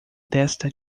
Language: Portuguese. desta